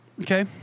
Okay